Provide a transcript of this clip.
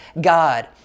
God